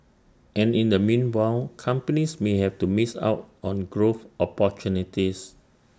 and in the meanwhile companies may have to miss out on growth opportunities